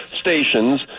stations